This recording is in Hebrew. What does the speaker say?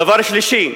דבר שלישי,